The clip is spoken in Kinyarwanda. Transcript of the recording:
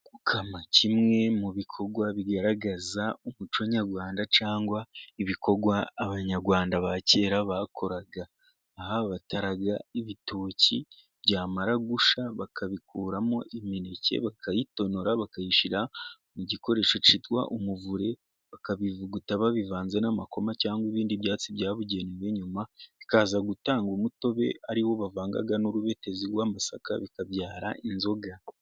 Gukama kimwe mu bikorwa bigaragaza umuco nyarwanda, cyangwa ibikorwa Abanyarwanda ba kera bakoraga, aha bataraga ibitoki byamara gushya bakabikuramo imineke bakayitonora bakayishyira mu gikoresho kitwa umuvure, bakabivuguta babivanze n'amakoma cyangwa ibindi byatsi byabugenewe ,nyuma bikaza gutanga umutobe ari wo bavangaga n'urubetezi rw'amasaka bikabyara inzoga.